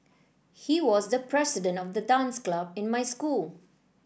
he was the president of the dance club in my school